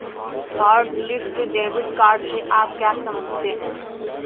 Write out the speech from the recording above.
Hotlist debit card से आप क्या समझते हैं?